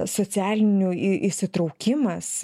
socialinių į įsitraukimas